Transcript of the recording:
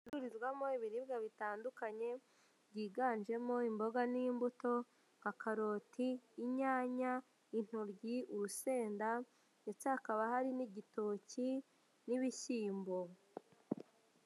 Gucururirwamo ibiribwa bitandukanye byiganjemo imboga n'imbuto nka karoti, inyanya, intoryi, urusenda ndetse hakaba hari igitoki n'ibishyimbo.